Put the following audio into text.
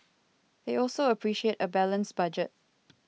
they also appreciate a balanced budget